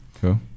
cool